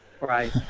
Right